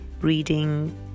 reading